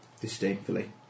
disdainfully